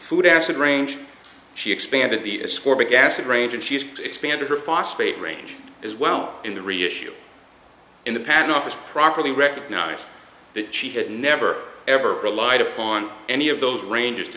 food acid range she expanded the ascorbic acid range and she's expanded her phosphate range as well in the reissue in the patent office properly recognized that she had never ever relied upon any of those ranges to